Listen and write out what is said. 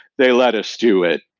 they let us do it.